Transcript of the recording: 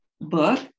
book